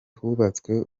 hubatswe